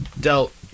dealt